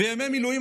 וימי מילואים,